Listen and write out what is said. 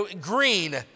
green